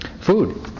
Food